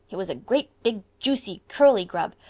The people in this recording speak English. he was a great big juicy curly grub.